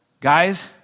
Guys